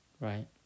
right